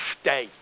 stay